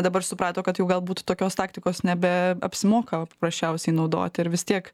dabar suprato kad jau galbūt tokios taktikos nebe apsimoka paprasčiausiai naudoti ir vis tiek